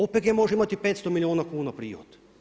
OPG može imati 500 milijuna kuna prihod.